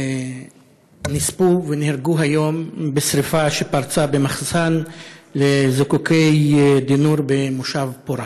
נספו ונהרגו היום בשרפה שפרצה במחסן לזיקוקי די-נור במושב פורת.